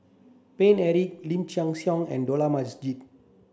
Paine Eric Lim Chin Siong and Dollah Majid